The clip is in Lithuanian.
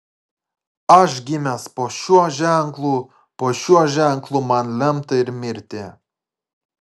aš gimęs po šiuo ženklu po šiuo ženklu man lemta ir mirti